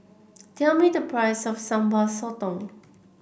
tell me the price of Sambal Sotong